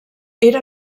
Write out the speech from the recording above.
era